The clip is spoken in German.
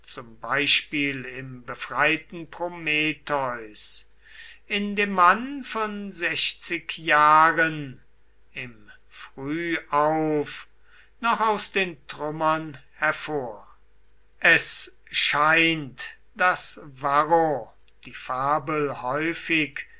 zum beispiel im befreiten prometheus in dem mann von sechzig jahren im frühauf noch aus den trümmern hervor es scheint daß varro die fabel häufig